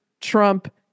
Trump